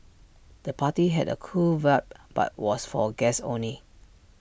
the party had A cool vibe but was for guests only